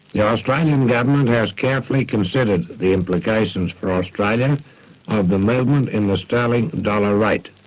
the australian government has carefully considered the implications for australian and the movement in the sterling-dollar rate.